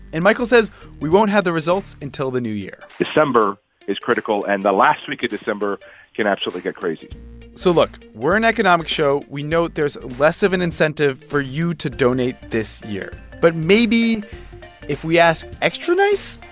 and michael says we won't have the results until the new year december is critical. and the last week of december can actually get crazy so look we're an economics show. we know there's less of an incentive for you to donate this year. but maybe if we ask extra nice,